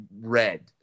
red